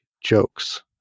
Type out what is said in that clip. jokes